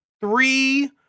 three